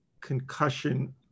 concussion